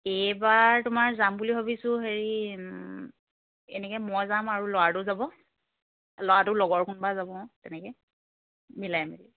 এইবাৰ তোমাৰ যাম বুলি ভাবিছোঁ হেৰি এনেকৈ মই যাম আৰু ল'ৰাটো যাব ল'ৰাটোৰ লগৰ কোনোবা যাব অঁ তেনেকৈ মিলাই মেলি